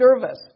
service